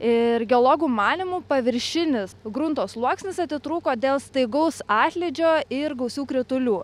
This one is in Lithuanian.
ir geologų manymu paviršinis grunto sluoksnis atitrūko dėl staigaus atlydžio ir gausių kritulių